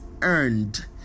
earned